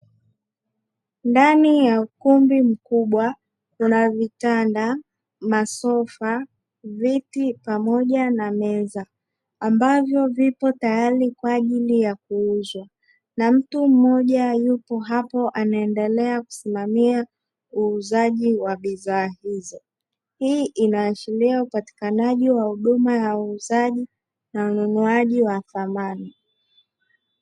Ndani ya ukumbi mkubwa kuna: vitanda, masofa, viti pamoja na meza; ambavyo vipo tayari kwa ajili ya kuuzwa na mtu mmoja, yupo hapo anaendelea kusimamia uuzaji wa bidhaa hizo. Hii inaashiria upatikanaji wa huduma ya uuzaji na ununuaji wa samani.